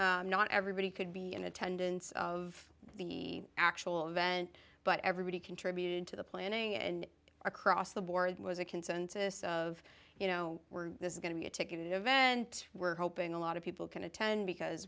not everybody could be in attendance of the actual event but everybody contributed to the planning and across the board was a consensus of you know we're this is going to be a ticket event we're hoping a lot of people can attend because